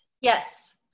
Yes